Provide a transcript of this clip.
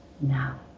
now